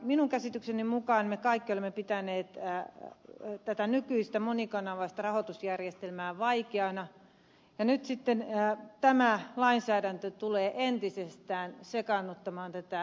minun käsitykseni mukaan me kaikki olemme pitäneet tätä nykyistä monikanavaista rahoitusjärjestelmää vaikeana ja nyt sitten tämä lainsäädäntö tulee entisestään sekaannuttamaan tätä rahoitusjärjestelmää